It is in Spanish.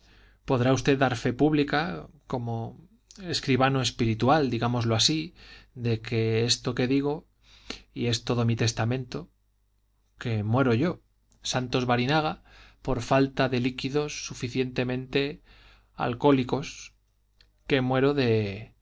podrá usted dar fe pública como escribano espiritual digámoslo así de esto que digo y es todo mi testamento que muero yo santos barinaga por falta de líquidos suficientemente alcohólicos que muero de